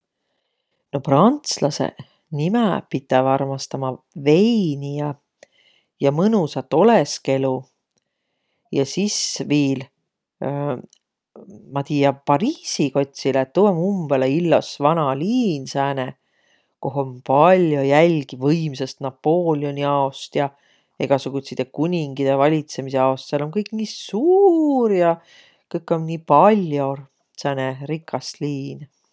No prantslasõq, nimäq pitäv armastama veini ja mõnusat olõskelu. Ja sis viil ma tiiä Pariisi kotsilõ, et tuu om umbõlõ illos vana liin, sääne, koh om pall'o jälgi võimsast Napoleoni aost ja egäsugutsidõ kuningidõ valitsõmisaost. Sääl om kõik nii suur ja kõkkõ om nii pall'o. Sääne rikas liin.